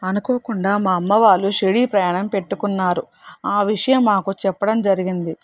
అనుకోకుండా మా అమ్మ వాళ్ళు షిరిడి ప్రయాణం పెట్టుకున్నారు ఆ విషయం మాకు చెప్పడం జరిగింది